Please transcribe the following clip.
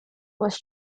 was